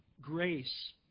grace